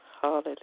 Hallelujah